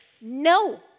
No